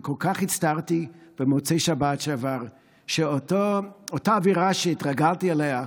וכל כך הצטערתי במוצאי שבת שעברה שאותה אווירה שהתרגלתי אליה,